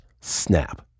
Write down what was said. snap